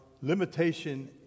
limitation